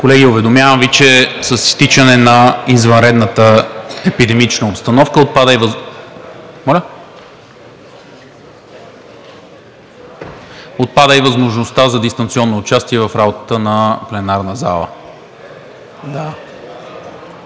Колеги, уведомявам Ви, че с изтичане на извънредната епидемична обстановка отпада и възможността за дистанционно участие в работата на пленарната зала.